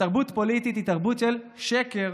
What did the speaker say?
שתרבות פוליטית היא תרבות של שקר,